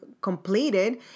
completed